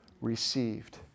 received